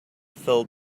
filled